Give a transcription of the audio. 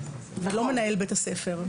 ולא מנהל בית הספר.